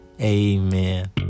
Amen